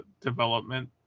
development